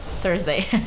Thursday